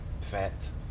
Fats